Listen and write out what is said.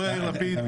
ראש